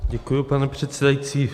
Děkuji, pane předsedající.